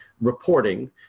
reporting